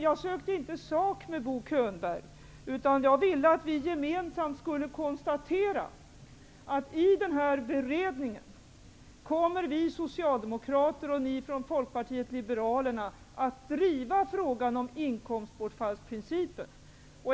Jag sökte inte sak med Bo Könberg, utan jag ville att vi gemensamt skulle konstatera att vi socialdemokrater och ni i Folkpartiet i denna beredning kommer att driva frågan om inkomstbortfallsprincipen.